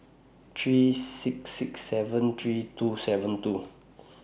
three six six seven three two seven two